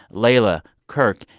leila, kirk,